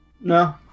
no